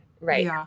right